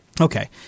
Okay